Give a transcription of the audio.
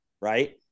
Right